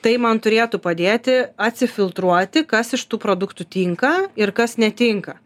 tai man turėtų padėti atsifiltruoti kas iš tų produktų tinka ir kas netinka